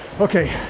Okay